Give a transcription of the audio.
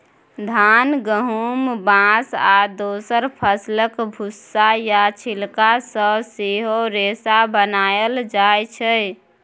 धान, गहुम, बाँस आ दोसर फसलक भुस्सा या छिलका सँ सेहो रेशा बनाएल जाइ छै